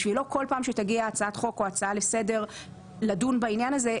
בשביל לא כל פעם שתגיע הצעת החוק או הצעה לסדר לדון בעניין הזה,